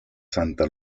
santa